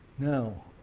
now